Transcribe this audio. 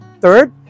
Third